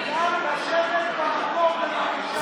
בבקשה לשבת.